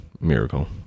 miracle